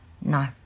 No